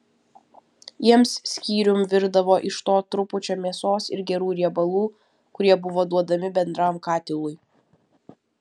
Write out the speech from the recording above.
jiems skyrium virdavo iš to trupučio mėsos ir gerų riebalų kurie buvo duodami bendram katilui